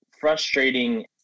frustrating